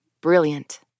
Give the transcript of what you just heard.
Brilliant